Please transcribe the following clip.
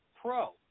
pro